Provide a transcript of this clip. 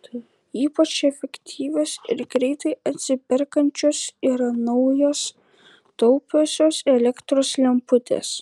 ypač efektyvios ir greitai atsiperkančios yra naujos taupiosios elektros lemputės